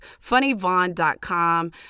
funnyvon.com